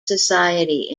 society